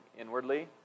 inwardly